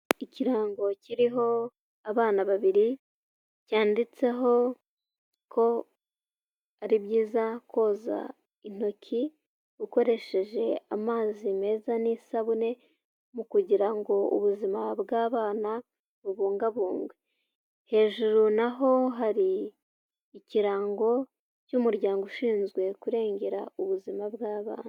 Ikirango kiriho abana babiri cyanditseho ko ari byiza koza intoki ukoresheje amazi meza n'isabune mu kugira ngo ubuzima bw'abana bubungabugwe, hejuru naho hari ikirango cy'umuryango ushinzwe kurengera ubuzima bw'abana.